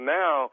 now